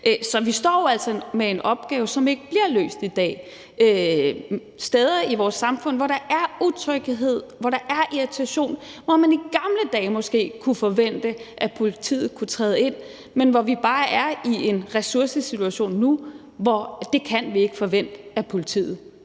Så vi står jo altså med en opgave, som ikke bliver løst i dag – med steder i vores samfund, hvor der er utryghed, hvor der er irritation, og hvor man i gamle dage måske kunne forvente, at politiet kunne træde ind, men hvor vi bare er i en ressourcesituation nu, hvor vi ikke kan forvente det af politiet.